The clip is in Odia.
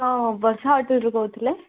ହଁ ବର୍ଷା ହୋଟେଲରୁ କହୁଥିଲେ